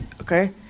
Okay